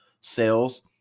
sales